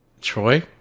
Troy